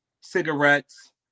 cigarettes